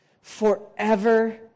Forever